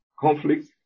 conflict